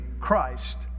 Christ